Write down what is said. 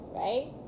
right